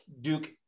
Duke